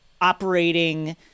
operating